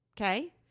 Okay